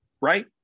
Right